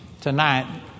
tonight